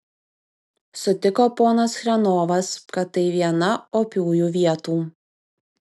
sutiko ponas chrenovas kad tai viena opiųjų vietų